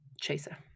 chaser